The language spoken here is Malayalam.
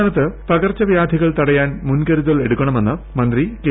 സംസ്ഥാനത്ത് പകർച്ചവ്യാധികൾ തടയാൻ മുൻകരുതൽ എടുക്കണമെന്ന് മന്ത്രി കെ